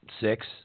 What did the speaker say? six